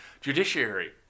judiciary